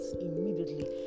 immediately